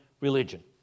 religion